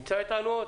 נמצא אתנו עדין?